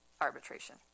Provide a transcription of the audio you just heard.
arbitration